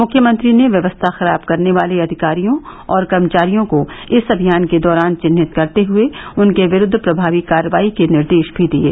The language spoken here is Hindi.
मुख्यमंत्री ने व्यवस्था खराब करने वाले अधिकारियों और कर्मचारियों को इस अभियान के दौरान चिन्हित करते हुए उनके विरुद्व प्रभावी कार्रवाई के निर्देश भी दिये